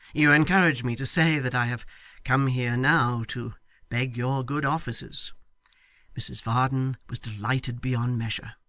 you encourage me to say that i have come here now, to beg your good offices mrs varden was delighted beyond measure.